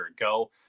ago